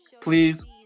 Please